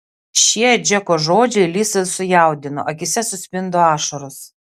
šie džeko žodžiai lizą sujaudino akyse suspindo ašaros